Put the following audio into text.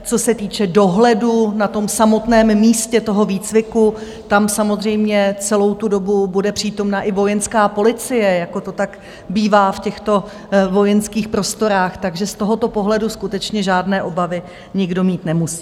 Co se týče dohledu na samotném místě toho výcviku, tam samozřejmě celou tu dobu bude přítomna i vojenská policie, jak to tak bývá v těchto vojenských prostorách, takže z tohoto pohledu skutečně žádné obavy nikdo mít nemusí.